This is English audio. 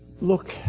Look